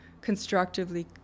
constructively